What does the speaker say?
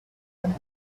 and